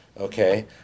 Okay